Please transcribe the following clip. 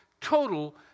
total